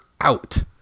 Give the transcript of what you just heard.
out